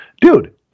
dude